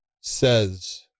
says